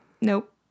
Nope